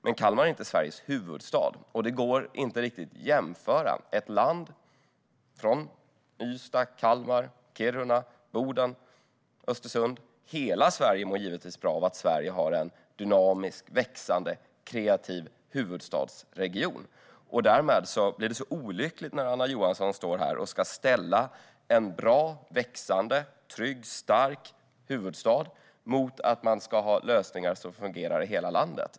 Men Kalmar är inte Sveriges huvudstad, och det går inte riktigt att jämföra ett land från Ystad och Kalmar till Kiruna, Boden och Östersund. Hela Sverige mår givetvis bra av att Sverige har en dynamisk, växande och kreativ huvudstadsregion. Därmed blir det olyckligt när Anna Johansson står här och ska ställa en bra, växande, trygg och stark huvudstad mot att man ska ha lösningar som fungerar i hela landet.